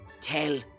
tell